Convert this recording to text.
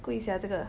贵 sia 这个